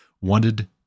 wanted